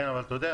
אתה יודע,